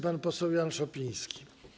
Pan poseł Jan Szopiński.